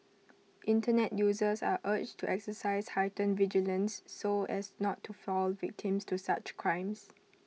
Internet users are urged to exercise heightened vigilance so as not to fall victim to such crimes